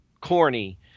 corny